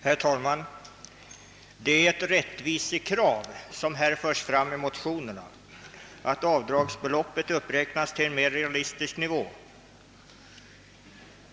Herr talman! Det är ett rättvisekrav som förs fram i motionerna, att avdragsbeloppet uppräknas till en mera realistisk nivå.